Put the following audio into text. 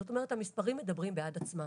זאת אומרת: המספרים מדברים בעד עצמם.